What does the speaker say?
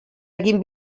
egin